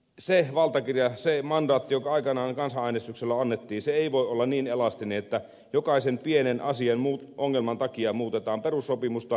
se valtakirja se mandaatti joka aikanaan kansanäänestyksellä annettiin ei voi olla niin elastinen että jokaisen pienen ongelman takia muutetaan perussopimusta